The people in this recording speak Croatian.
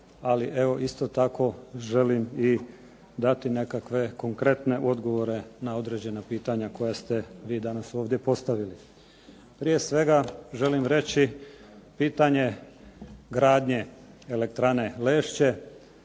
Ali evo isto tako želim dati nekakve konkretne odgovore na pitanja koja ste vi danas ovdje postavili. Prije svega želim reći pitanje gradnje elektrane "Lešće".